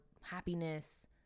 happiness